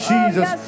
Jesus